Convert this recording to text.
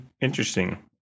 Interesting